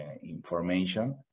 information